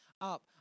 up